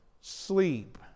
sleep